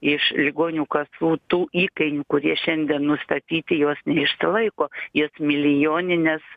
iš ligonių kasų tų įkainių kurie šiandien nustatyti jos neišsilaiko jos milijonines